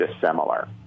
dissimilar